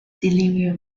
delirium